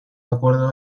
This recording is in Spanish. acuerdo